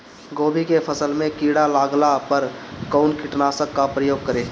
गोभी के फसल मे किड़ा लागला पर कउन कीटनाशक का प्रयोग करे?